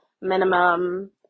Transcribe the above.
minimum